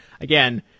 Again